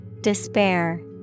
Despair